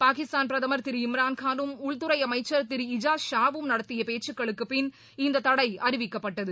பாகிஸ்தான் பிரதமர் திரு இம்ரான்கானும் உள்துறை அமைச்சர் இஜாஸ் ஷாவும் நடத்திய பேச்சுகளுக்கு பின் இந்த தடை அறிவிக்கப்பட்டது